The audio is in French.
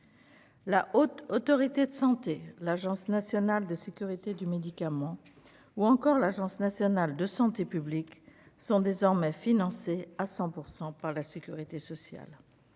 La Haute autorité de santé, l'Agence nationale de sécurité du médicament ou encore l'Agence nationale de santé publique sont désormais financés à 100 % par la Sécurité sociale,